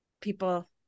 people